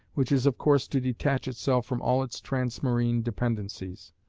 which is of course to detach itself from all its transmarine dependencies.